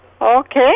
Okay